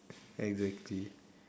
exactly